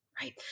right